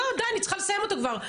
אני צריכה לסיים אותו כבר.